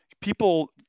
People